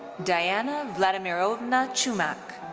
diana vladimirovna chumak.